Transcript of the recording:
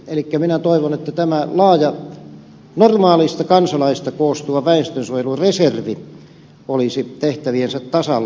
elikkä minä toivon että tämä laaja normaaleista kansalaisista koostuva väestönsuojelureservi olisi tehtäviensä tasalla